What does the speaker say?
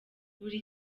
buri